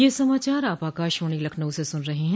ब्रे क यह समाचार आप आकाशवाणी लखनऊ से सुन रहे हैं